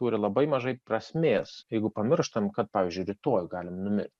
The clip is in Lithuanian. turi labai mažai prasmės jeigu pamirštam kad pavyzdžiui rytoj galim numirt